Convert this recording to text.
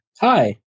Hi